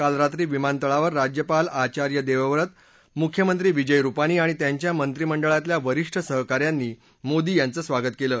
काल रात्री विमानतळावर राज्यपाल आचार्य देवव्रत मुख्यमंत्री विजय रूपांनी आणि त्यांच्या मंत्रीमंडळातल्या वरीष्ठ सहका यांनी मोदी यांचं स्वागत केलं